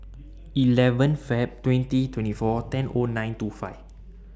eleven Feb twenty twenty four ten O nine two five